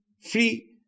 Free